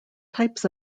types